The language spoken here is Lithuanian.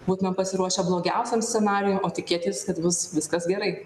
būtumėm pasiruošę blogiausiam scenarijui o tikėtis kad bus viskas gerai